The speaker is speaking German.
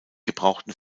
gebrauchten